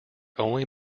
only